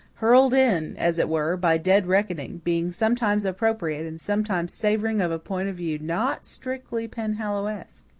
hurled in, as it were, by dead reckoning, being sometimes appropriate and sometimes savouring of a point of view not strictly penhallowesque.